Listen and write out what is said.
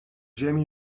ziemi